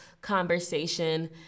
conversation